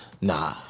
Nah